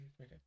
Okay